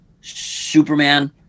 Superman